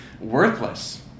worthless